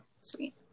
Sweet